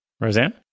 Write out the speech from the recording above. Roseanne